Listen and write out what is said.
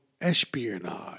espionage